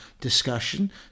discussion